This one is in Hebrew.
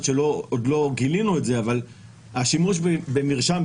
שעוד לא גילינו את זה אבל השימוש במרשם,